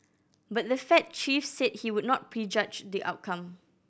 but the Fed chief said he would not prejudge the outcome